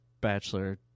Bachelor